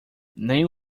nem